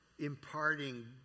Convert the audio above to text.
imparting